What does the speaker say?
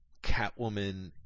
Catwoman